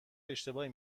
اشتباهی